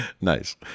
Nice